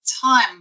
time